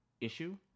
issue